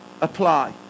apply